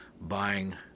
buying